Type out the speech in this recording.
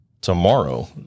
tomorrow